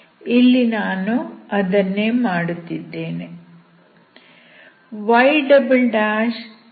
ಇಲ್ಲಿ ನಾನು ಅದನ್ನೇ ಮಾಡುತ್ತಿದ್ದೇನೆ